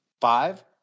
five